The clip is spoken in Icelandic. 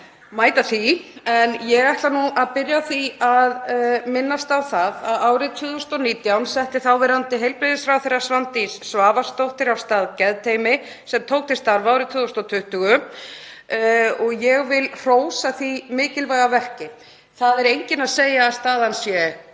mæta því. Ég ætla að byrja á því að minnast á að árið 2019 setti þáverandi heilbrigðisráðherra, Svandís Svavarsdóttir, af stað geðteymi sem tók til starfa árið 2020 og ég vil hrósa því mikilvæga verki. Það er enginn að segja að staðan sé